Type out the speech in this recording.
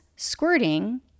Squirting